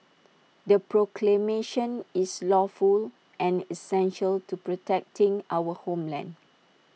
the proclamation is lawful and essential to protecting our homeland